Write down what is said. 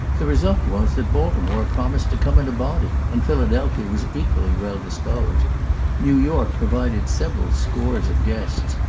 the result was that baltimore promised to come in a body, and philadelphia was equally well-disposed new york provided several scores of guests,